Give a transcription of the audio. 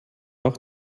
auch